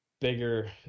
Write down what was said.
bigger